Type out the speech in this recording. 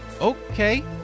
Okay